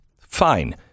fine